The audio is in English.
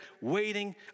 waiting